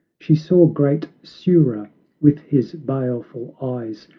she saw great surya with his baleful eyes,